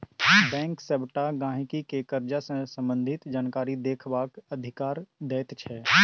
bank सबटा गहिंकी केँ करजा सँ संबंधित जानकारी देखबाक अधिकार दैत छै